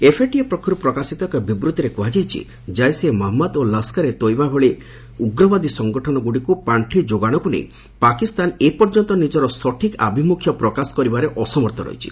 FATF ପକ୍ଷରୁ ପ୍ରକାଶିତ ଏକ ବିବୃତ୍ତିରେ କୁହାଯାଇଛି ଜେସ୍ ଇ ମହମ୍ମଦ ଓ ଲସ୍କର ଏ ତଏବା ଭଳି ଉଗ୍ରବାଦୀ ସଂଗଠନଗୁଡ଼ିକୁ ପାର୍ଷି ଯୋଗାଣକୁ ନେଇ ପାକିସ୍ତାନ ଏପର୍ଯ୍ୟନ୍ତ ନିଜର ସଠିକ୍ ଆଭିମୁଖ୍ୟ ପ୍ରକାଶ କରିବାରେ ଅସମର୍ଥ ରହିଛି